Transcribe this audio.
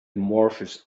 amorphous